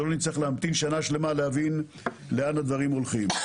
ולא נצטרך להמתין שנה שלמה כדי להבין לאן הדברים הולכים.